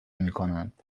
میکنند